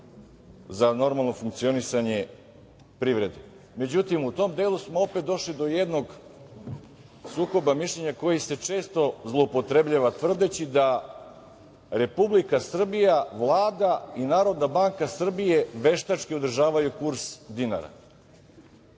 za normalno funkcionisanje privrede.Međutim, u tom delu smo opet došli do jednog sukoba mišljenja koji se često zloupotrebljava, tvrdeći da Republika Srbija, Vlada i Narodna banka Srbije veštački održavaju kurs dinara.